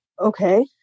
okay